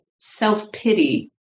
self-pity